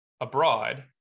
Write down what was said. abroad